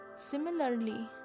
Similarly